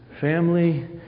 family